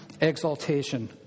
exaltation